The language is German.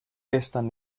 gestern